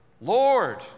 Lord